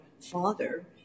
father